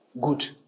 good